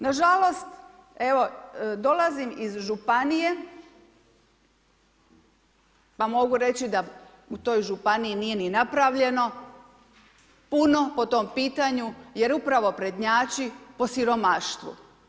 Nažalost, evo dolazim iz županije, pa mogu reći da u toj županiji nije ni napravljeno puno po tom pitanju jer upravo prednjači po siromaštvu.